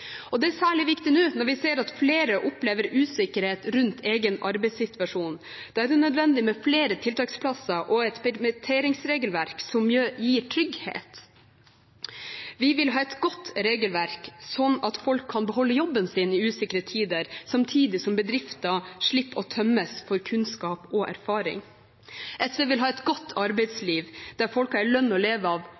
jobb. Dette er særlig viktig nå når vi ser at flere opplever usikkerhet rundt egen arbeidssituasjon. Da er det nødvendig med flere tiltaksplasser og et permitteringsregelverk som gir trygghet. Vi vil ha et godt regelverk, sånn at folk kan beholde jobben sin i usikre tider samtidig som bedrifter slipper å tømmes for kunnskap og erfaring. SV vil ha et godt arbeidsliv, der folk har en lønn å leve av